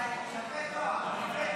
את הצעת חוק העונשין (תיקון מס' 154)